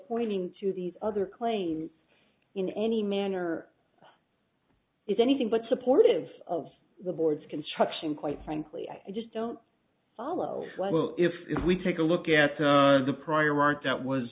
pointing to these other claims in any manner is anything but supportive of the board's construction quite frankly i just don't follow well if we take a look at the prior art that was